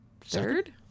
third